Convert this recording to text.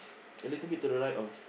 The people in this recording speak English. a little bit to the right of